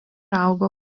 augo